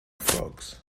frogs